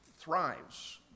thrives